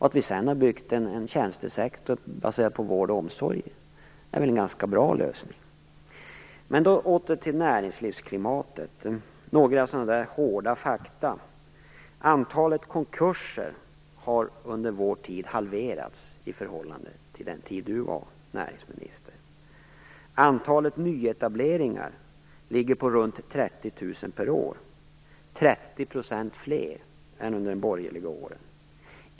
Att vi sedan har byggt upp en tjänstesektor baserad på vård och omsorg är väl en ganska bra lösning. Men låt oss åter tala om näringslivsklimatet. Jag vill nämna några hårda fakta. Antalet konkurser har halverats under vår tid i förhållande till den tid Per Westerberg var näringsminister. Antalet nyetableringar ligger runt 30 000 per år, 30 % fler än under de borgerliga åren.